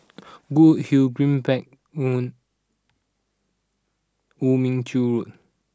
good Hill Greenbank Woo Mon Chew Road